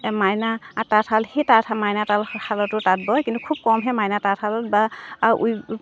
মাইনা তাঁতশাল সেই তাঁতশাল মাইনা তালশালতো তাঁত বয় কিন্তু খুব কমহে মাইনা তাঁতশালত বা